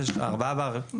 זה 4 בר,